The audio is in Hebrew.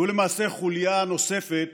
שהוא למעשה חוליה נוספת